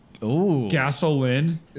Gasoline